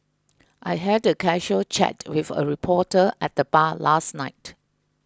I had a casual chat with a reporter at the bar last night